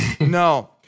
No